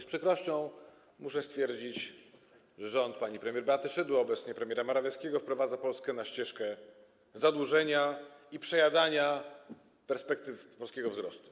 Z przykrością muszę stwierdzić, że rząd pani premier Beaty Szydło, a obecnie premiera Morawieckiego wprowadza Polskę na ścieżkę zadłużenia i przejadania perspektyw polskiego wzrostu.